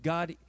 God